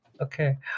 Okay